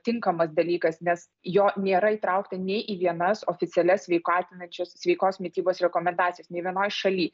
tinkamas dalykas nes jo nėra įtraukta nei į vienas oficialias sveikatinančias sveikos mitybos rekomendacijas nei vienoj šaly